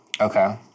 Okay